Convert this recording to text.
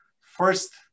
first